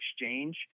exchange